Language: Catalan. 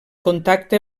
contacte